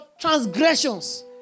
transgressions